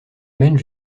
mène